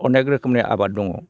अनेग रोखोमनि आबाद दङ